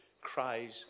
cries